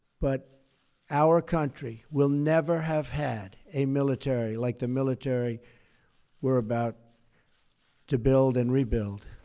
but our country will never have had a military like the military we're about to build and rebuild.